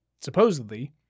supposedly